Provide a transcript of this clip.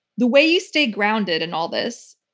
the way you stay grounded in all this,